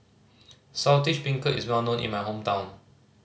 Saltish Beancurd is well known in my hometown